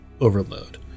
overload